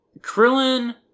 Krillin